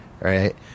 right